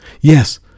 Yes